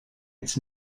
its